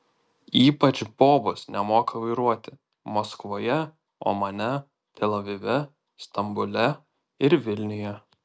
ypač bobos nemoka vairuoti maskvoje omane tel avive stambule ir vilniuje